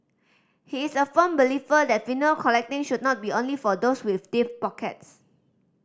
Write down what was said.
he is a firm believer that vinyl collecting should not be only for those with deep pockets